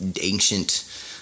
ancient